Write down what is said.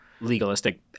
legalistic